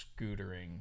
scootering